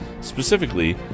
specifically